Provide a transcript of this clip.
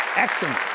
Excellent